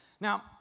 Now